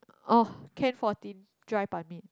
orh can fourteen dry 版面